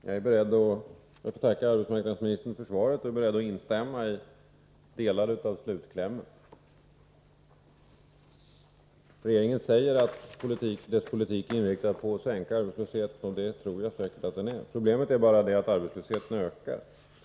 Herr talman! Jag ber att få tacka arbetsmarknadsministern för svaret och är beredd att instämma i delar av slutklämmen. Regeringen säger att dess politik är inriktad på att sänka arbetslösheten, och det är den säkert. Problemet är bara att arbetslösheten ökar.